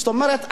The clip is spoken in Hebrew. זאת אומרת,